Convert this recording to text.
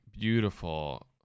beautiful